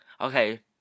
Okay